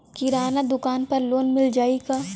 किराना दुकान पर लोन मिल जाई का?